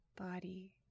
body